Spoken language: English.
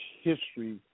history